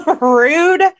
rude